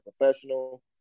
professional